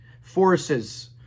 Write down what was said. forces